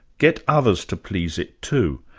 get others to please it too,